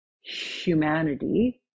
humanity